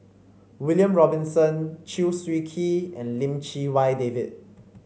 William Robinson Chew Swee Kee and Lim Chee Wai David